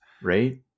Right